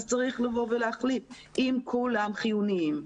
צריך להחליט אם כולם חיוניים,